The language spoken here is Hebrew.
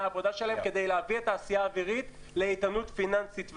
העבודה שלהם כדי להביא את התעשייה האווירית לאיתנות פיננסית.